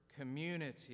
community